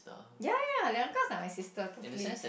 ya ya Leonica is like my sister totally